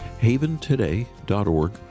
haventoday.org